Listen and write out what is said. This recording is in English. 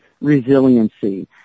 resiliency